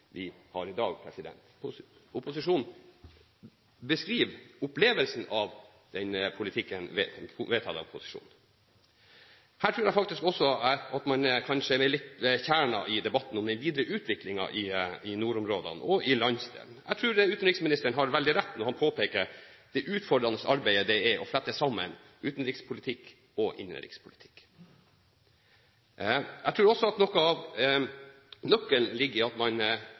vi har i dag – opposisjonen beskriver opplevelsen av den politikken som er vedtatt av posisjonen. Her tror jeg faktisk også at man er ved kjernen i debatten om den videre utviklingen i nordområdene og i landsdelen. Jeg tror utenriksministeren har veldig rett når han peker på det utfordrende arbeidet det er å flette sammen utenrikspolitikk og innenrikspolitikk. Jeg tror også at noe av nøkkelen ligger i at man